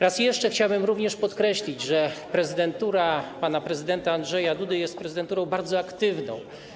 Raz jeszcze chciałbym również podkreślić, że prezydentura pana prezydenta Andrzeja Dudy jest prezydenturą bardzo aktywną.